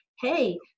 Hey